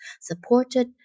supported